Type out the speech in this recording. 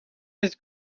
his